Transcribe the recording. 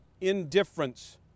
indifference